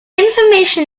information